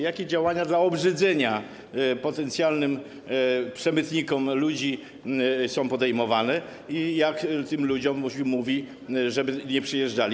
Jakie działania dla obrzydzenia potencjalnym przemytnikom ludzi są podejmowane i jak tym ludziom się mówi, żeby nie przyjeżdżali?